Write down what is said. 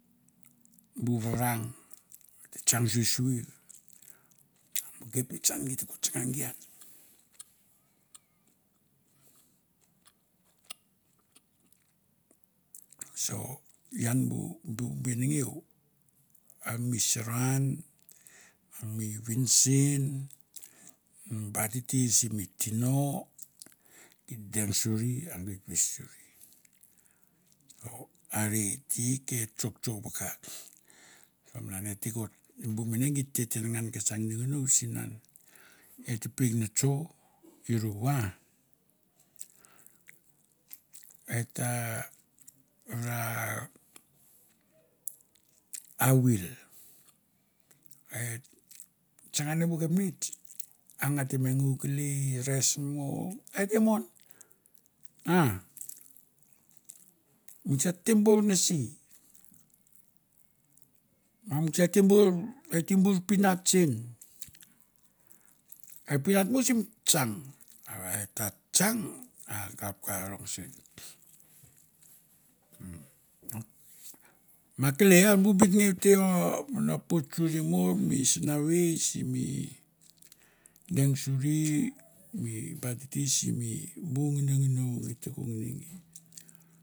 Bu varang o ta tsang susuir, a bu kapnets an gi te ko tsang gi an. So ian bu benengue, a mi sainan, a mi vin sen, iba titir simi tino git deng suri a geit ves suri oi are i te e tsok tsok vakak. Sa malan ete ko, bu mene gi te tenangan ke sa nginonginou sinan et pek notso i rou "aa" et ta ra awil, a e tsanga bu kapnets a nga te me ngou kelei, res mo a et te mon. Misa et te bor nese, ma misa et te bor pinats sen, e pinat mo sim tsang a va eta tsang akap ka rong sen. Ma kelei bu benengeu te om no pots suri mo mi sinavei simi deng suri mi ba titir simi bu nginonginou geit te ko ngini gi.